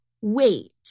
wait